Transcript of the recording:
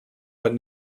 but